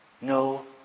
no